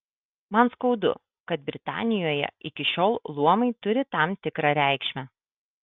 man skaudu kad britanijoje iki šiol luomai turi tam tikrą reikšmę